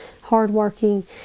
hardworking